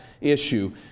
issue